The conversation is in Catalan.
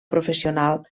professional